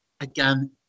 again